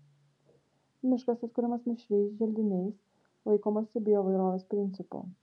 miškas atkuriamas mišriais želdiniais laikomasi bioįvairovės principų